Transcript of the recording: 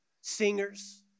Singers